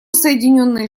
соединенные